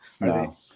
No